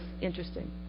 interesting